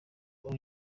ubu